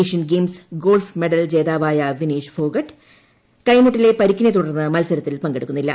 Asian Games golf medal ജേതാവായ വിനേഷ് ഫോഗട്ട് കൈമുട്ടിലെ പരിക്കിനെ തുടർന്ന് മത്സരത്തിൽ പങ്കെടുക്കുന്നില്ല